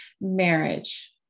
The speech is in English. marriage